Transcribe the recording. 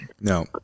No